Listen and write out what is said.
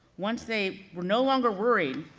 once they were no longer worried